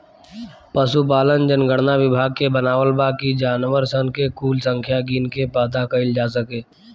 पसुपालन जनगणना विभाग के बनावल बा कि जानवर सन के कुल संख्या गिन के पाता कइल जा सके